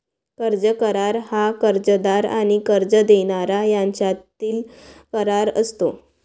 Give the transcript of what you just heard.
कर्ज करार हा कर्जदार आणि कर्ज देणारा यांच्यातील करार असतो